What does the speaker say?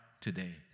today